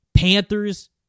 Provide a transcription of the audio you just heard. Panthers